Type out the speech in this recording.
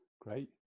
Great